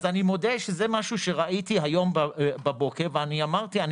אז אני מודה שזה משהו שראיתי היום בבוקר ואני אמרתי שאני